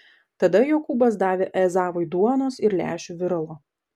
tada jokūbas davė ezavui duonos ir lęšių viralo